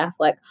Affleck